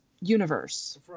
universe